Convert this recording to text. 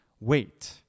wait